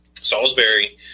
Salisbury